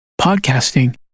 Podcasting